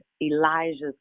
Elijah's